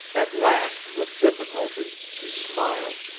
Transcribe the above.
at last, with difficulty, he smiled.